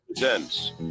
presents